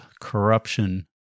corruption